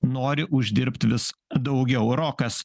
nori uždirbt vis daugiau rokas